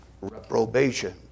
reprobation